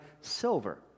silver